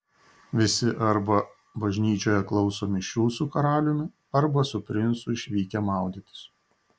visi arba bažnyčioje klauso mišių su karaliumi arba su princu išvykę maudytis